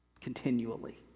Continually